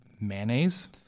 mayonnaise